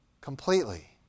completely